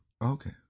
okay